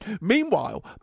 Meanwhile